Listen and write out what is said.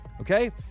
okay